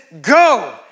go